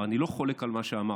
אני לא חולק על מה שאמרת,